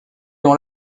dans